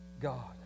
God